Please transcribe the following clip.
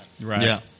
Right